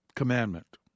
Commandment